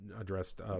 addressed